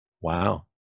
Wow